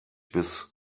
bis